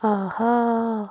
آ ہا